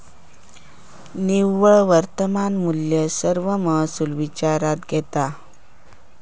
निव्वळ वर्तमान मुल्य सर्व महसुल विचारात घेता